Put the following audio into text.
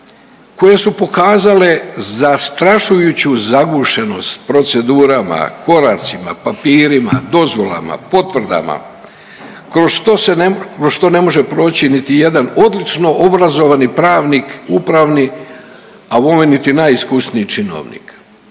koje su pokazale zastrašujuću zagušenost procedurama, koracima, papirima, dozvolama, potvrdama kroz što ne može proći niti jedan odlično obrazovani pravnik upravni, a bome niti najiskusniji činovnik.